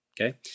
Okay